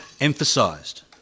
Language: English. emphasised